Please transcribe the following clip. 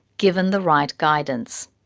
given the right guidance.